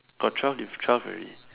got twelve diff twelve already